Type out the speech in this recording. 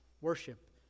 worship